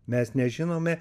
mes nežinome